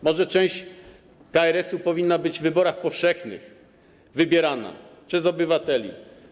Może część KRS-u powinna być w wyborach powszechnych wybierana przez obywateli?